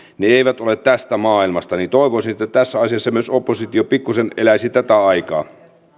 eivät ole tästä maailmasta niin että toivoisin että tässä asiassa myös oppositio pikkuisen eläisi tätä aikaa